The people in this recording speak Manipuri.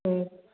ꯎꯝ